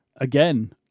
Again